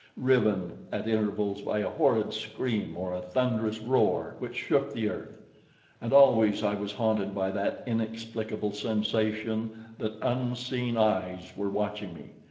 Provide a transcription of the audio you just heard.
riven at intervals by a horrid scream or a thunderous roar which shook the earth and always i was haunted by that inexplicable sensation that unseen eyes were watching me,